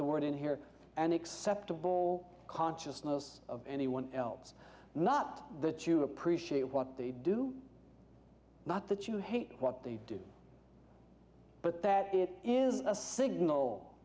the word in here and acceptable consciousness of anyone else not that you appreciate what they do not that you hate what they do but that it is a signal